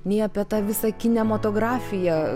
nei apie tą visą kinematografiją